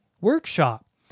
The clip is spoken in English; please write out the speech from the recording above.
workshop